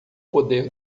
poder